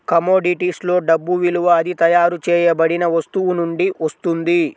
కమోడిటీస్లో డబ్బు విలువ అది తయారు చేయబడిన వస్తువు నుండి వస్తుంది